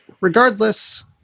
regardless